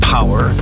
Power